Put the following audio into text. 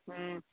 ꯎꯝ